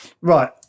right